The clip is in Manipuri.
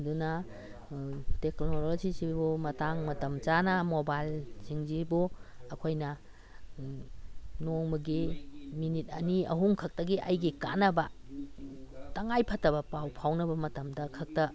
ꯑꯗꯨꯅ ꯇꯦꯀꯅꯣꯂꯣꯖꯤꯁꯤꯕꯨ ꯃꯇꯥꯡ ꯃꯇꯝ ꯆꯥꯅ ꯃꯣꯕꯥꯏꯜꯁꯤꯡꯁꯤꯕꯨ ꯑꯩꯈꯣꯏꯅ ꯅꯣꯡꯃꯒꯤ ꯃꯤꯅꯤꯠ ꯑꯅꯤ ꯑꯍꯨꯝ ꯈꯛꯇꯒꯤ ꯑꯩꯒꯤ ꯀꯥꯟꯅꯕ ꯇꯉꯥꯏ ꯐꯗꯕ ꯄꯥꯎ ꯐꯥꯎꯅꯕ ꯃꯇꯝꯗ ꯈꯛꯇ